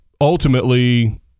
ultimately